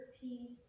peace